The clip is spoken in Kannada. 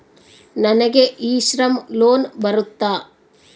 ನನಗೆ ಇ ಶ್ರಮ್ ಲೋನ್ ಬರುತ್ತಾ?